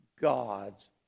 God's